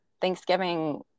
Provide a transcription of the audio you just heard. Thanksgiving